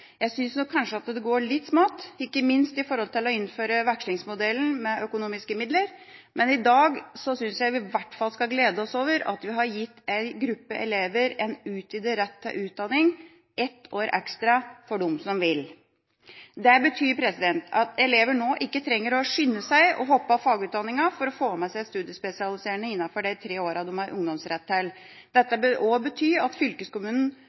Jeg synes nok kanskje at det går litt smått, ikke minst når det gjelder å innføre vekslingsmodellen med økonomiske midler, men i dag synes jeg vi i hvert fall skal glede oss over at vi har gitt en gruppe elever en utvidet rett til utdanning. Det blir ett år ekstra for dem som vil. Dette betyr at elevene nå ikke trenger å skynde seg og hoppe av fagutdanninga for å få med seg studiespesialiserende innenfor de tre årene de har ungdomsrett til. Dette bør også bety at fylkeskommunen